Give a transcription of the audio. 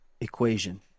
equation